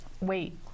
wait